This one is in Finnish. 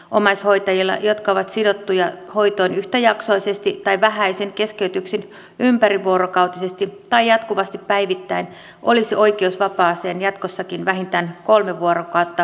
omaishoitajilla jotka ovat sidottuja hoitoon yhtäjaksoisesti tai vähäisin keskeytyksin ympärivuorokautisesti tai jatkuvasti päivittäin olisi oikeus vapaaseen jatkossakin vähintään kolme vuorokautta kalenterikuukautta kohti